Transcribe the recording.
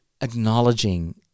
acknowledging